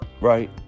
right